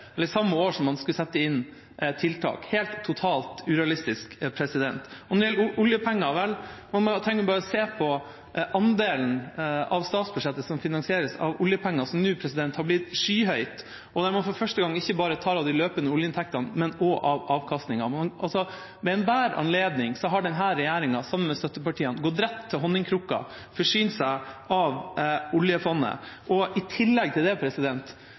samme år som man skulle sette inn tiltak – helt, totalt urealistisk. Når det gjelder oljepenger, trenger man bare å se på andelen av statsbudsjettet som finansieres av oljepenger, som nå har blitt skyhøy. De har for første gang ikke bare tatt av de løpende oljeinntektene, men også av avkastninga. Ved enhver anledning har denne regjeringa sammen med støttepartiene gått rett til honningkrukka, forsynt seg av oljefondet og i tillegg til det